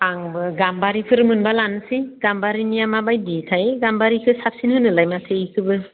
आंबो गाम्बारिखोनो मोनब्ला लांनसै गाम्बारिनिया माबायदिथाय गाम्बारिखो साबसिन होनोलाय माथो इखोबो